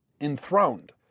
enthroned